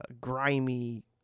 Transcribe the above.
grimy